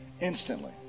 instantly